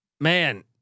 man